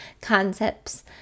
concepts